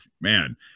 man